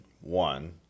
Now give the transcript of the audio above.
one